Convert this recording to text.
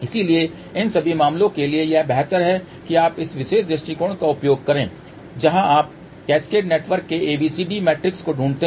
इसलिए इन सभी मामलों के लिए यह बेहतर है कि आप इस विशेष दृष्टिकोण का उपयोग करें जहां आप कैस्केड नेटवर्क के ABCD मैट्रिक्स को ढूंढते हैं